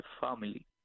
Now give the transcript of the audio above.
family